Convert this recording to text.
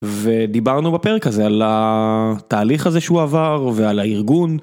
ודיברנו בפרק הזה על התהליך הזה שהוא עבר ועל הארגון...